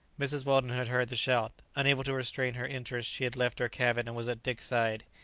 mrs. weldon had heard the shout. unable to restrain her interest, she had left her cabin and was at dick's side.